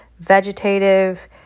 vegetative